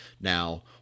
Now